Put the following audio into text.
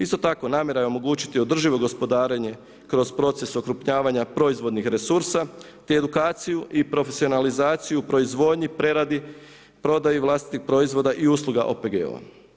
Isto tako, namjera je omogućiti održivo gospodarenje kroz proces okrupnjavanja proizvodnih resursa te edukaciju i profesionalizaciju proizvodnji, preradi, prodaji vlastitih proizvoda i usluga OPG-ova.